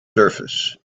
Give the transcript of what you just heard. surface